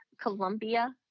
Colombia